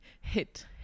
hit